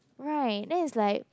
right then is like